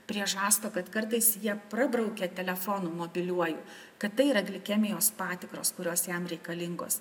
prie žasto kad kartais jie prabraukia telefonu mobiliuoju kad tai yra glikemijos patikros kurios jam reikalingos